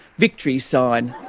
victory sign,